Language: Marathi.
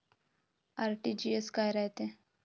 आर.टी.जी.एस काय रायते?